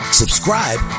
subscribe